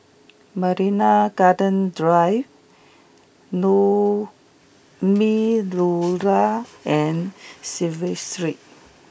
Marina Gardens Drive Naumi Liora and Clive Street